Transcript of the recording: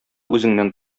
үзеңнән